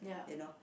you know